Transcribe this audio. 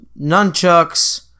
nunchucks